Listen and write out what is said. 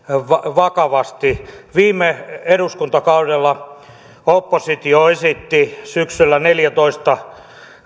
vakavasti viime eduskuntakaudella oppositio esitti syksyllä neljäntoista